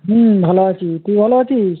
হুম ভালো আছি তুই ভালো আছিস